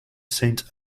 saint